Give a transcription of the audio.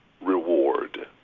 reward